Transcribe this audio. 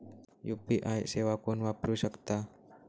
UPI सेवा कोण वापरू शकता?